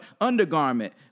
undergarment